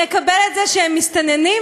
נקבל את זה שהם מסתננים,